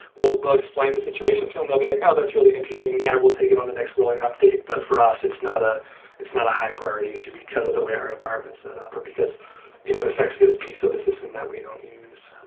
we'll we'll explain the situation to them and they'll be like, oh, that's really interesting. yeah, we'll take it on the next rolling update. but for us, it's not ah it's not a high priority issue because of the way our environment is set up, or because you know it effects this piece of the system that we don't use.